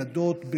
הילדות,